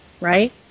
Right